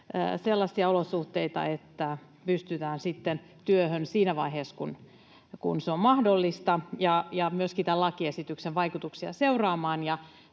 sellaisia olosuhteita, että pystytään sitten työhön siinä vaiheessa, kun se on mahdollista, ja myöskin tämän lakiesityksen vaikutuksia seuraamaan.